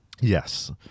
Yes